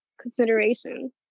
consideration